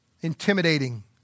intimidating